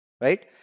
Right